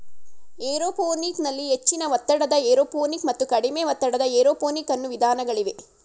aeroponic ನಲ್ಲಿ ಹೆಚ್ಚಿನ ಒತ್ತಡದ ಏರೋಪೋನಿಕ್ ಮತ್ತು ಕಡಿಮೆ ಒತ್ತಡದ ಏರೋಪೋನಿಕ್ ಅನ್ನೂ ವಿಧಾನಗಳಿವೆ